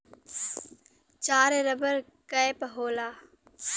चार rubber cap होला